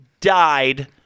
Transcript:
died